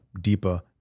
deeper